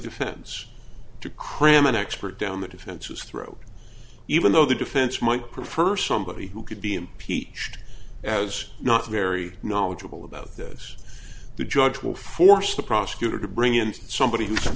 defense to cram an expert down the defenses throat even though the defense might prefer somebody who could be impeached as not very knowledgeable about this the judge will force the prosecutor to bring in somebody who's